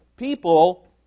People